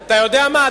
אתה יודע מה,